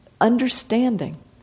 understanding